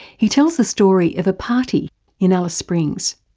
he tells the story of a party in alice springs.